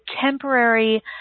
temporary